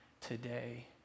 today